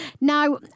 Now